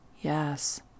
Yes